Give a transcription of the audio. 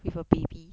with a baby